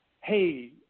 Hey